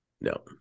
No